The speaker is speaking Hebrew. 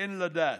אין לדעת.